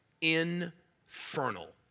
infernal